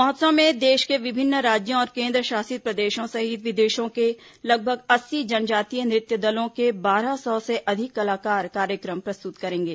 महोत्सव में देश के विभिन्न राज्यों और केंद्रशासित प्रदेशों सहित विदेशों के लगभग अस्सी जनजातीय नृत्य दलों के बारह सौ से अधिक कलाकार कार्यक्रम प्रस्तुत करेंगे